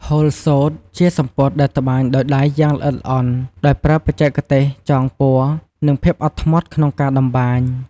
ហូលសូត្រ ជាសំពត់ដែលត្បាញដោយដៃយ៉ាងល្អិតល្អន់ ដោយប្រើបច្ចេកទេសចងពណ៌ និងភាពអត់ធ្មត់ក្នុងការត្បាញ។